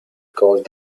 caused